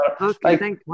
okay